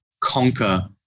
conquer